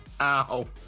Ow